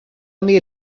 only